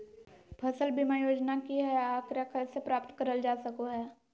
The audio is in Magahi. फसल बीमा योजना की हय आ एकरा कैसे प्राप्त करल जा सकों हय?